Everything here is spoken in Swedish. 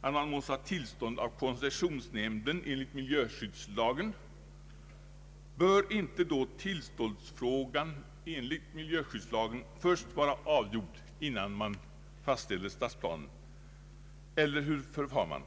att det erfordras tillstånd av koncessionsnämnden enligt miljöskyddslagen, bör inte då tillstånds frågan först vara avgjord, innan man fastställer stadsplanen? Eller hur förfar man?